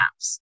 apps